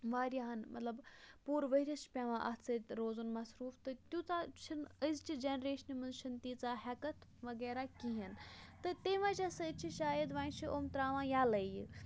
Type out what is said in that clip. واریاہَن مَطلب پوٗرٕ ؤرۍ یَس چھِ پیٚوان اَتھ سۭتۍ روزُن مَصروٗف تہٕ تِیوٗتاہ چھِنہٕ أزۍ چہِ جینٛریشنہِ منٛز چھِنہٕ تیٖژاہ ہیکَتھ وَغیرَہ کِہیٖنۍ تہٕ تَمہِ وَجہ سۭتۍ چھِ شایَد وۄنۍ چھِ یِم ترٛاوان ییٚلٕے یہِ